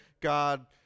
God